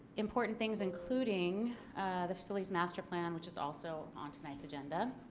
important things including the facilities masterplan which is also on tonight's agenda.